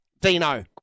Dino